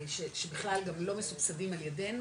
שבכלל גם לא מסובסדים על ידינו,